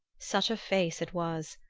such a face it was,